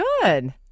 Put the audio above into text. good